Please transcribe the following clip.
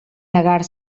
negar